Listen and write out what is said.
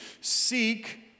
Seek